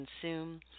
consume